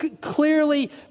Clearly